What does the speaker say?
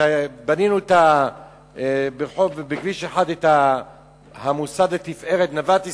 כשבנינו בכביש 1 את המוסד לתפארת "נוות ישראל",